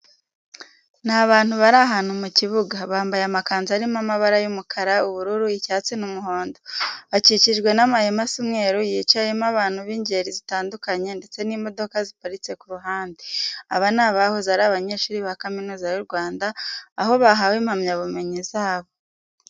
Ni abantu bari ahantu mu kibuga, bambaye amakanzu arimo amabara y'umukara, ubururu, icyatsi n'umuhondo. Bakikijwe n'amahema asa umweru yicayemo abantu b'ingeri zitandukanye ndetse n'imodoka ziparitse ku ruhande. Aba ni abahoze ari abanyeshuri ba Kaminuza y'u Rwanda, aho bahawe impamyabumenyi zabo.